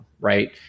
right